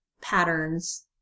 patterns